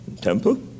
temple